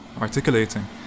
articulating